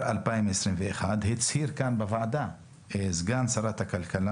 2021 הצהיר כאן בוועדה סגן שרת הכלכלה,